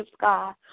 God